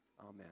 Amen